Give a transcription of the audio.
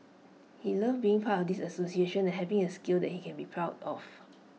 he loved being part of this association and having A skill that he can be proud of